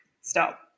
stop